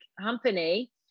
company